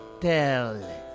tell